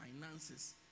finances